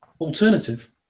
alternative